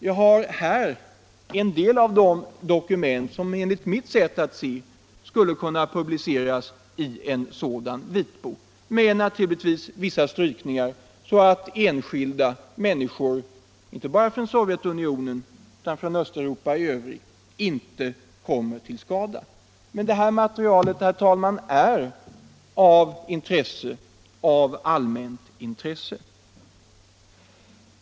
Jag har här en del av det material som enligt mitt sätt att se skulle kunna publiceras i en sådan vitbok, naturligtvis med vissa strykningar för att enskilda människor — inte bara från Sovjetunionen utan också från Östeuropa i övrigt — inte skall komma till skada. Det här materialet, herr talman, är av intresse, av allmänt intresse.